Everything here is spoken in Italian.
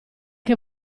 che